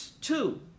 two